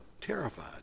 terrified